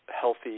healthy